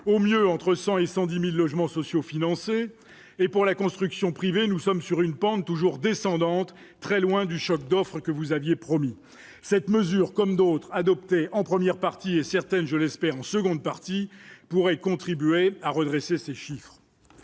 au mieux entre 100 et 100 10 1000 logements sociaux financés et pour la construction privée, nous sommes sur une pente toujours descendante très loin du choc d'offre que vous aviez promis cette mesure comme d'autres, adopté en première partie, et certaines, je l'espère, en seconde partie, pourrait contribuer à redresser ses chiffres,